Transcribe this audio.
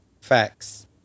Facts